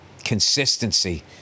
consistency